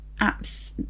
apps